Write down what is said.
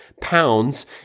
pounds